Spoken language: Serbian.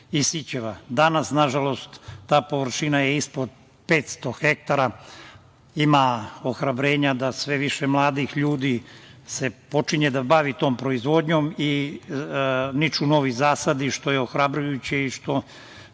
Danas, nažalost, ta površina je ispod 500 hektara. Ima ohrabrenja da sve više mladih ljudi se počinje da bavi tom proizvodnjom i niču novi zasadi, što je ohrabrujuće. Iz tog